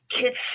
kids